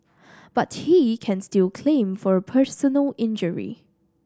but he can still claim for personal injury